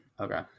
okay